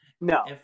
No